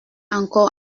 encore